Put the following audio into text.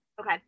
okay